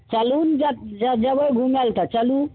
चलू ने जँ जेबय घुमय लए तऽ चलू